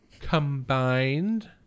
combined